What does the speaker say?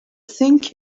think